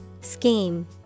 Scheme